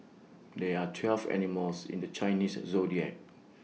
there are twelve animals in the Chinese Zodiac